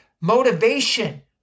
motivation